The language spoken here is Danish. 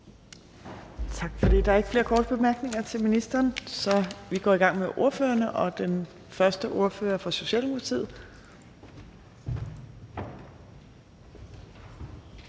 Tak for det. Der er ikke flere korte bemærkninger til ministeren, så vi går i gang med ordførerne, og den første ordfører er fra Socialdemokratiet.